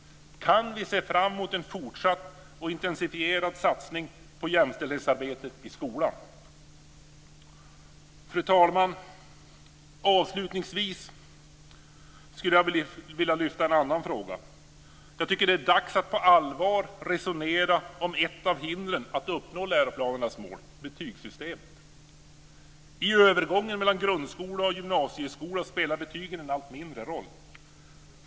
Kan vi se fram emot en fortsatt och intensifierad satsning på jämställdhetsarbetet i skolan? Fru talman! Avslutningsvis skulle jag vilja lyfta fram en annan fråga. Jag tycker att det är dags att på allvar resonera om ett av hindren att uppnå läroplanernas mål, nämligen betygssystemet. I övergången mellan grundskola och gymnasieskola spelar betygen en allt mindre roll.